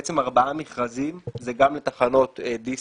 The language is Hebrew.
בעצם ארבעה מכרזים, זה גם לתחנות די.סי.